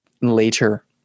later